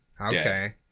Okay